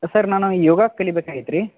sir ನಾನು ಯೋಗ ಕಲಿಬೇಕಾಗಿತ್ತು ರೀ